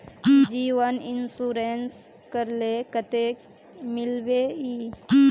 जीवन इंश्योरेंस करले कतेक मिलबे ई?